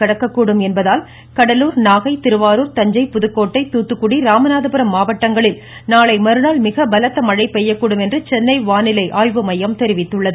கடக்ககூடும் என்பதால் கடலூர் நாகை திருவாரூர் தஞ்சை புதுக்கோட்டை தூத்துக்குடி ராமநாதபுரம் மாவட்டங்களில் நாளைமறுநாள் மிக பலத்தமழை பெய்யக்கூடும் என்று சென்னை வானிலை மையம் தெரிவித்துள்ளது